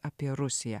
apie rusiją